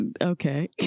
Okay